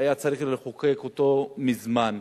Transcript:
היה צריך לחוקק אותו מזמן,